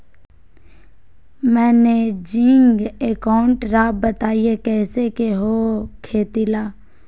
Managing account राव बताएं कैसे के हो खेती ला?